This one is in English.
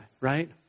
right